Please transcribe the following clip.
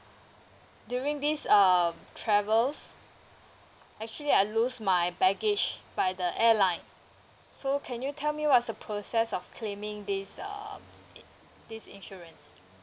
during this um travels actually I lose my baggage by the airline so can you tell me what's the process of claiming this um this insurance